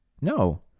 No